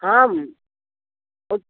आम् उत्